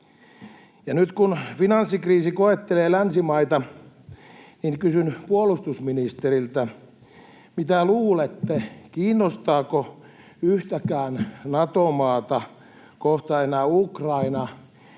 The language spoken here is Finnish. nyt kun finanssikriisi koettelee länsimaita, niin kysyn puolustusministeriltä: Mitä luulette, kiinnostaako yhtäkään Nato-maata kohta enää Ukraina